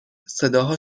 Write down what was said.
صداها